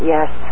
Yes